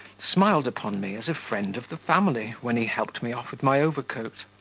smiled upon me as a friend of the family when he helped me off with my overcoat.